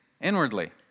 inwardly